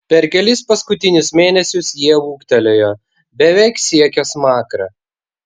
per kelis paskutinius mėnesius jie ūgtelėjo beveik siekė smakrą